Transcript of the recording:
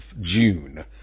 June